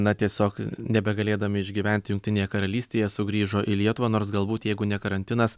na tiesiog nebegalėdami išgyventi jungtinėje karalystėje sugrįžo į lietuvą nors galbūt jeigu ne karantinas